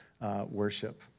worship